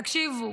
תקשיבו,